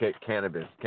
cannabis